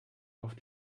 oft